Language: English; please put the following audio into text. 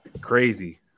Crazy